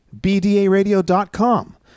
BDARadio.com